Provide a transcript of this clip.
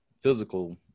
physical